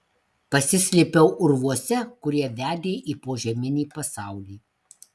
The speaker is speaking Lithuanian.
pasislėpiau urvuose kurie vedė į požeminį pasaulį